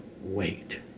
Wait